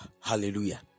hallelujah